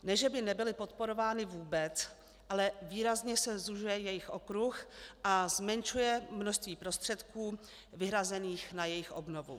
Ne že by nebyly podporovány vůbec, ale výrazně se zužuje jejich okruh a zmenšuje množství prostředků vyhrazených na jejich obnovu.